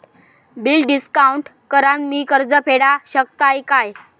Bill discount करान मी कर्ज फेडा शकताय काय?